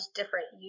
different